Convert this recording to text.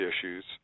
issues